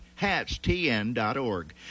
HATSTN.org